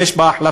ויש בה החלטה,